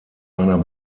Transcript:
einer